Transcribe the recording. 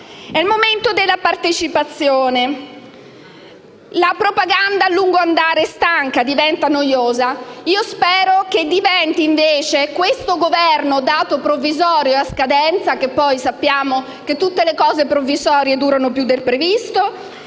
è il momento della partecipazione. La propaganda a lungo andare stanca e diventa noiosa. Spero invece che il Governo, dato per provvisorio e a scadenza - ma sappiamo che tutte le cose provvisorie durano più del previsto